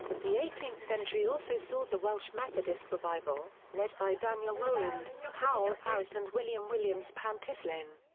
the eighteenth century also saw the welsh methodist revival, led by daniel rowland, howell harris and william williams pantycelyn.